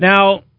Now